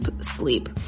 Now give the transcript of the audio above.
sleep